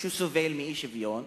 שסובל מאי-שוויון,